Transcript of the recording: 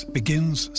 begins